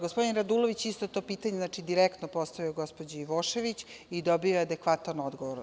Gospodin Radulović je isto to pitanje direktno postavio gospođi Ivošević i dobio je adekvatan odgovor.